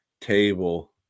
table